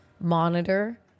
monitor